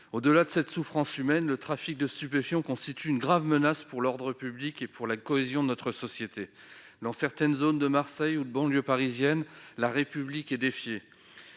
Au-delà de cette souffrance, le trafic de stupéfiants constitue une menace grave pour l'ordre public et pour la cohésion de notre société. Dans certaines zones de Marseille ou de la banlieue parisienne, la République est défiée.